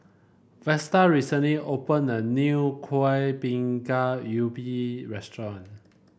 Vesta recently opened a new Kuih Bingka Ubi restaurant